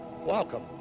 welcome